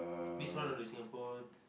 this one of the Singapore's